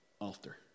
altar